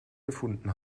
gefunden